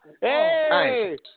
Hey